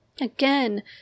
Again